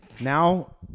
Now